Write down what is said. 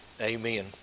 amen